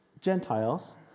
Gentiles